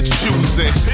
choosing